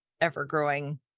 ever-growing